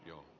joo